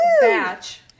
batch